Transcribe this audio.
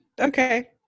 Okay